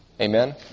Amen